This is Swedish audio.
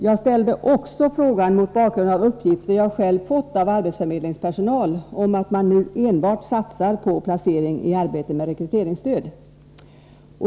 Jag ställde också frågan mot bakgrund av uppgifter jag själv fått av arbetsförmedlingspersonal om att man nu enbart satsar på placering i arbete med rekryteringsstöd.